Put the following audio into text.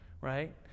right